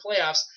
playoffs